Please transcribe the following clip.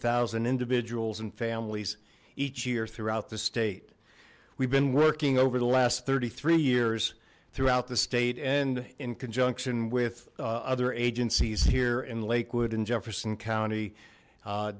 zero individuals and families each year throughout the state we've been working over the last thirty three years throughout the state and in conjunction with other agencies here in lakewood and jefferson county